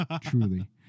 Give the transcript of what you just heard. Truly